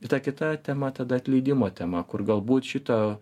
ir ta kita tema tada atleidimo tema kur galbūt šitą